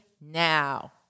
now